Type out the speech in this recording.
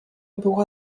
była